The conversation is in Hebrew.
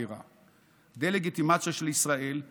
IHRA. דה-לגיטימציה של מדינת ישראל,